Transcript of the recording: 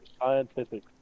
scientific